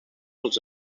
els